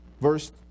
verse